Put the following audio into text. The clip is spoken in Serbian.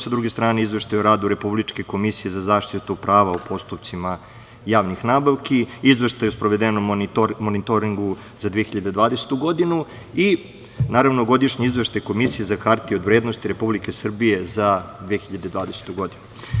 Sa druge strane, izveštaj o radu Republičke komisije za zaštitu prava u postupcima javnih nabavki, izveštaj o sprovedenom monitoringu za 2020. godinu i naravno godišnji izveštaj Komisije za hartije od vrednosti Republike Srbije za 2020. godinu.